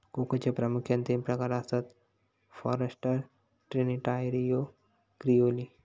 कोकोचे प्रामुख्यान तीन प्रकार आसत, फॉरस्टर, ट्रिनिटारियो, क्रिओलो